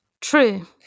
True